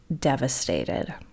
devastated